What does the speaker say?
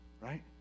right